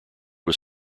was